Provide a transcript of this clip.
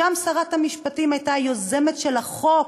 שם שרת המשפטים הייתה היוזמת של החוק